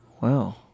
Wow